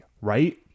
right